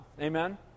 Amen